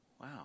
Wow